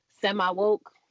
semi-woke